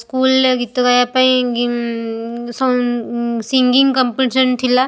ସ୍କୁଲରେ ଗୀତ ଗାଇବା ପାଇଁ ସିଙ୍ଗିଙ୍ଗ୍ କମ୍ପିଟେସନ୍ ଥିଲା